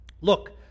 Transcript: look